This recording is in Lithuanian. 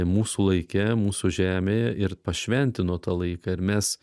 mūsų laike mūsų žemėje ir pašventino tą laiką ir mes